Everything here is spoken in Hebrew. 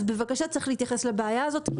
אז בבקשה צריך להתייחס לבעיה הזאת,